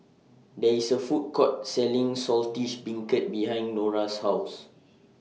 There IS A Food Court Selling Saltish Beancurd behind Norah's House